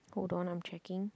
hold on I'm checking